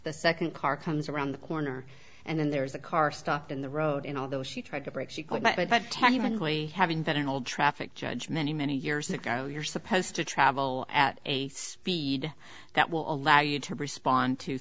the second car comes around the corner and then there's a car stopped in the road and although she tried to break she could but ten evenly having been an old traffic judge many many years ago you're supposed to travel at a speed that will allow you to respond t